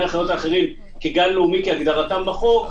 החיות האחרים בגן לאומי כהגדרתם בחוק,